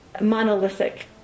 monolithic